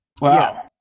Wow